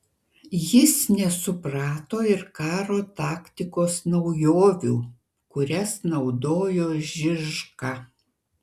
jis nesuprato ir karo taktikos naujovių kurias naudojo žižka